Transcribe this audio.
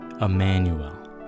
Emmanuel